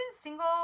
single